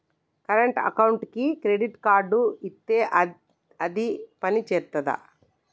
Current అకౌంట్కి credit card ఇత్తే అది పని చేత్తదా?